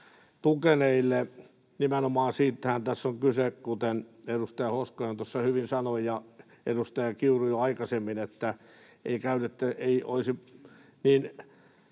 tukeneille. Nimenomaan siitähän tässä on kyse — kuten edustaja Hoskonen tuossa hyvin sanoi ja edustaja Kiuru jo aikaisemmin — että ei olisi niin